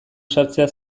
sartzea